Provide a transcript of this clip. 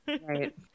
right